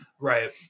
Right